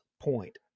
point